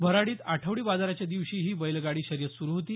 भराडीत आठवडी बाजाराच्या दिवशी ही बैलगाडी शर्यत सुरु होती